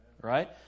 Right